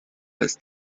ist